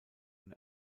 und